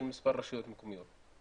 במספר רשויות מקומיות.